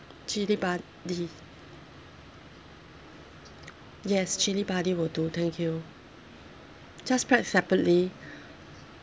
chilli padi yes chilli padi will do thank you just pack separately